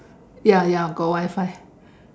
ya ya got Wi-Fi